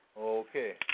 Okay